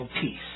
peace